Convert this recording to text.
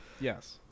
Yes